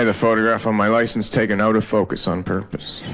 and photograph on my license taken out of focus on purpose.